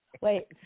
Wait